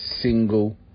single